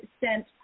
sent